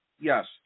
yes